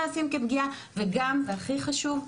וגם והכי חשוב,